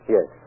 Yes